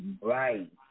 Right